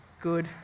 good